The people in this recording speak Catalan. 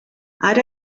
ara